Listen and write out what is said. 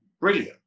brilliant